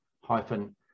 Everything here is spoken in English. hyphen